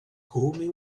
come